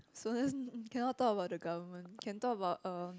cannot talk about the government can talk about uh